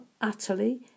utterly